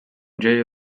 dzieje